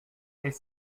est